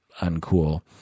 uncool